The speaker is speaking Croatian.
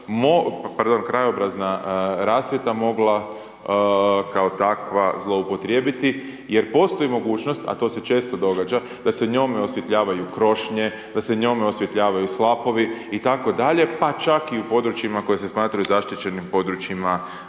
krajobrazna rasvjeta mogla kao takva zloupotrijebiti jer postoji mogućnost a to se često događa da se njome osvjetljavanju krošnje, da se njome osvjetljavaju slapovi itd., pa čak i u područjima koje se smatraju zaštićenim područjima